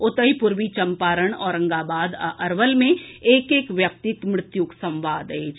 ओतहि पूर्वी चम्पारण औरंगाबाद आ अरवल मे एक एक व्यक्तिक मृत्युक संवाद अछि